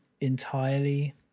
entirely